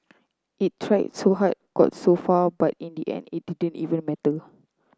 it tried to hard got so far but in the end it didn't even matter